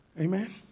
amen